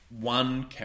one